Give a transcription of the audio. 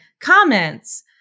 comments